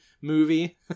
movie